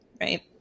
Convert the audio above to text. right